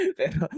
pero